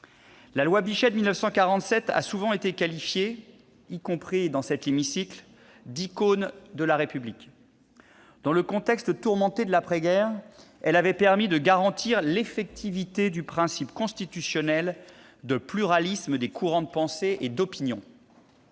« loi Bichet », a souvent été qualifiée, y compris dans cet hémicycle, d'« icône de la République ». Dans le contexte tourmenté de l'après-guerre, elle avait permis de garantir l'effectivité du principe constitutionnel de pluralisme des courants de pensée et d'opinion.